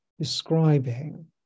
describing